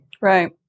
Right